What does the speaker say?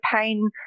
pain